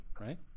right